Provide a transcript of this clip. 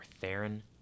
Theron